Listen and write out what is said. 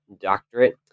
doctorate